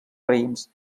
raïms